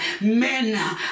Men